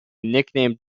nicknamed